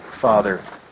Father